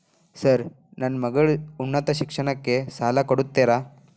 Sir ನನ್ನ ಮಗಳ ಉನ್ನತ ಶಿಕ್ಷಣಕ್ಕೆ ಸಾಲ ಕೊಡುತ್ತೇರಾ?